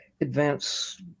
advance